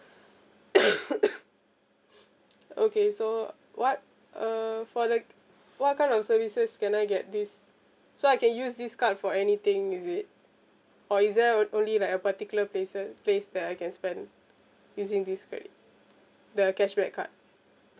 okay so what uh for the what kind of services can I get this so I can use this card for anything is it or is there on only like a particular places place that I can spend using this credit the cashback card